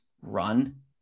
run